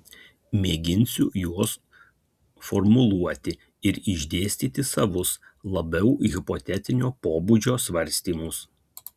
mėginsiu juos formuluoti ir išdėstyti savus labiau hipotetinio pobūdžio svarstymus